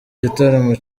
gitaramo